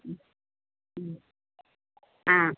ആ